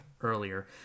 earlier